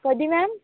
कधी मॅम